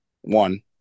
One